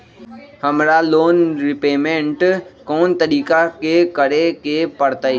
हमरा loan repayment कोन तारीख के करे के परतई?